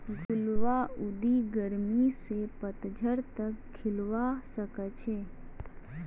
गुलदाउदी गर्मी स पतझड़ तक खिलवा सखछे